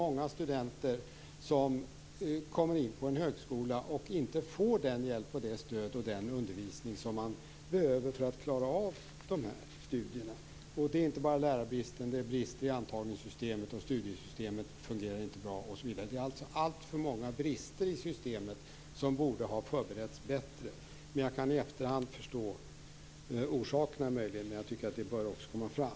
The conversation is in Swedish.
Många studenter som kommer in på en högskola får inte den hjälp, det stöd och den undervisning som de behöver för att klara av sina studier. Det handlar inte bara om lärarbrist, utan det är också brister i antagningssystemet, studiesystemet fungerar inte bra, osv. Det finns alltför många brister i systemet, som borde ha förberetts bättre. Jag kan möjligen i efterhand förstå orsakerna, men jag tycker ändå att detta bör komma fram.